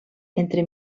entre